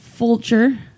Fulcher